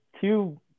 two